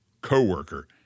co-worker